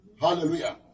Hallelujah